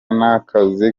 n’akazi